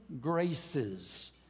graces